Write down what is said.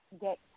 get